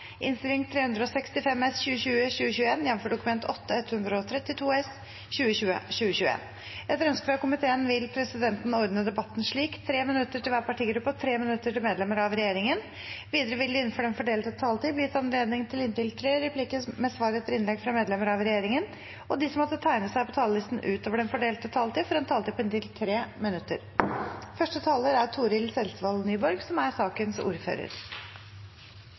medlemmer av regjeringen. Videre vil det – innenfor den fordelte taletid – bli gitt anledning til inntil tre replikker med svar etter innlegg fra medlemmer av regjeringen, og de som måtte tegne seg på talerlisten utover den fordelte taletid, får også en taletid på inntil 3 minutter. Takk til representantane som har reist saka «om å gi mennesker med funksjonsnedsettelser mulighet til å velge nullutslippsbiler i Nav». Takk til komiteen, som